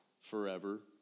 forever